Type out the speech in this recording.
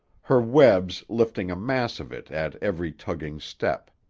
her webs lifting a mass of it at every tugging step.